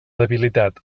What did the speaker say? debilitat